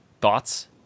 Thoughts